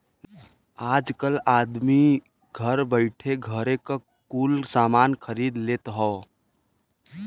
आजकल आदमी घर बइठे घरे क कुल सामान खरीद लेत हौ